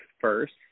first